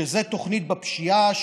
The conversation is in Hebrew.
שזו תוכנית למאבק בפשיעה.